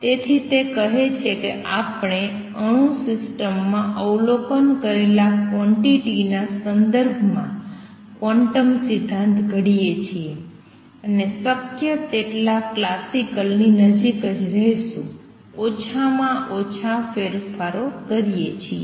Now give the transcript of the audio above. તેથી તે કહે છે કે આપણે અણુ સિસ્ટમ માં અવલોકન કરેલા ક્વોંટીટી ના સંદર્ભમાં ક્વોન્ટમ સિદ્ધાંત ઘડીએ છીએ અને શક્ય તેટલા ક્લાસિકલ ની નજીક જ રહીશું ઓછામાં ઓછા ફેરફારો કરીએ છીએ